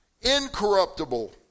incorruptible